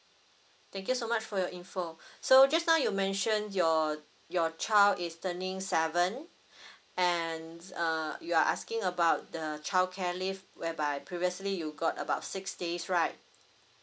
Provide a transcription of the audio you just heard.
thank you so much for your info so just now you mentioned your your child is turning seven and uh you are asking about the childcare leave whereby previously you got about six days right